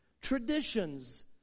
Traditions